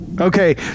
Okay